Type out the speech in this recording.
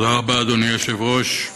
תודה רבה, אדוני היושב-ראש.